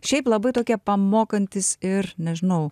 šiaip labai tokie pamokantys ir nežinau